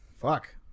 Fuck